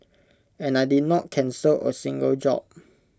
and I did not cancel A single job